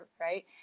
Right